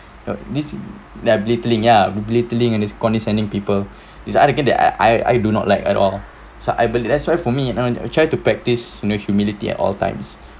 this ya belittling ya belittling and it's condescending people is arrogant that I I I do not like at all so I believe that's why for me you know I try to practise you know humility at all times